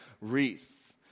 wreath